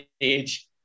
age